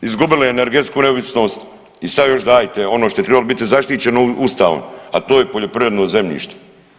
Izgubili energetsku neovisnost i sad još dajte ono što je tribalo biti zaštićeno Ustavom, a to je poljoprivredno zemljište.